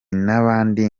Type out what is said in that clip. n’abandi